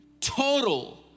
total